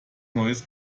neues